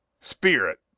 Spirit